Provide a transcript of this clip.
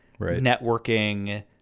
networking